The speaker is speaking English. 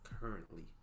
Currently